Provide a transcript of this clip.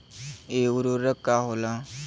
इ उर्वरक का होला?